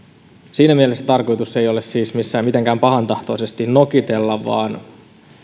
siinä mielessä tarkoitus ei ole siis mitenkään pahantahtoisesti nokitella vaan